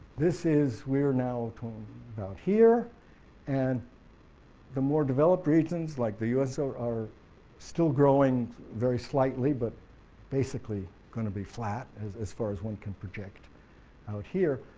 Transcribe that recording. this is we are now um about here and the more developed regions like the u s. are are still growing very slightly but basically going to be flat as as far as one can project out here,